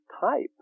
type